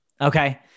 Okay